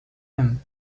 him